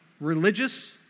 religious